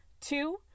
Two